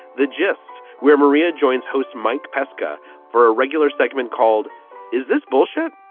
the gist, where maria joynes host mike pesca for a regular segment called is this bullshit?